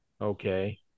Okay